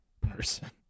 person